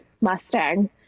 Mustang